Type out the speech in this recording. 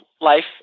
life